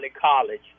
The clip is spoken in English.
college